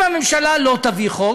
אם הממשלה לא תביא חוק,